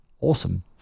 awesome